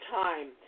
time